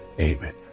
Amen